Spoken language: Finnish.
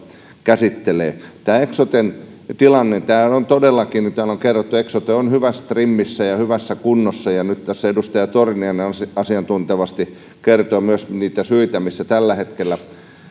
käsittelevät tämä eksoten tilanne todellakin niin kuin täällä on kerrottu eksote on hyvässä trimmissä ja hyvässä kunnossa ja nyt tässä edustaja torniainen asiantuntevasti kertoi myös niitä syitä ja ongelmia joiden kanssa tällä hetkellä